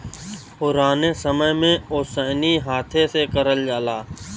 पुराने समय में ओसैनी हाथे से करल जाला